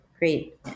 Great